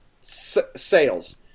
sales